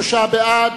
53 בעד,